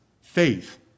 Faith